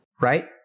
Right